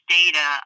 data